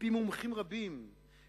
מפי מומחים רבים,